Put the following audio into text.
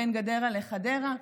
בין גדרה לחדרה,